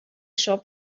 shop